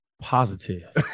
positive